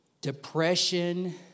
depression